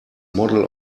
model